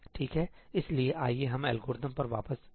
ठीक है इसलिए आइए हम एल्गोरिथ्म पर वापस आते हैं